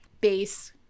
base